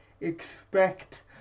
Expect